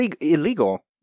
illegal